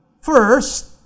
First